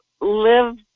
live